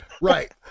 Right